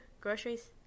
groceries